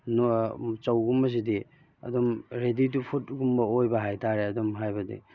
ꯆꯧꯒꯨꯝꯕꯁꯤꯗꯤ ꯑꯗꯨꯝ ready to food ꯒꯨꯝꯕ ꯑꯣꯏꯕ ꯍꯥꯏꯇꯥꯔꯦ ꯑꯗꯨꯝ ꯍꯥꯏꯕꯗꯤ